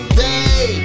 day